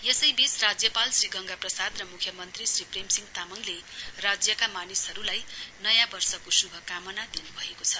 यसैवीच राज्यपाल श्री गंगा प्रसाद र मुख्यमन्त्री श्री प्रेमसिंह तामाङले राज्यका मानिसहरुलाई नयाँ वर्षको शुभकामना दिनुभएको छ